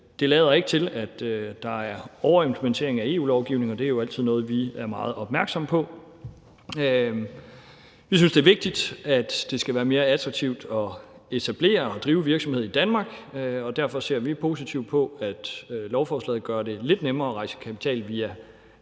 det ikke lader til, at der er overimplementering af EU-lovgivning. Det er jo altid noget, vi er meget opmærksomme på. Vi synes, det er vigtigt, at det bliver mere attraktivt at etablere og drive virksomhed i Danmark, og derfor ser vi positivt på, at lovforslaget gør det lidt nemmere at rejse kapital via